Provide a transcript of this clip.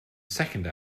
second